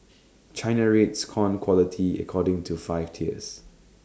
China rates corn quality according to five tiers